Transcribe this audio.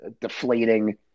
deflating